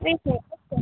વીસ minute okay